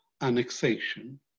annexation